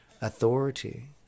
authority